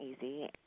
easy